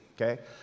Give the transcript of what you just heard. okay